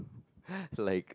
like